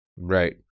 Right